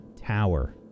Tower